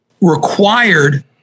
required